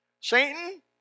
Satan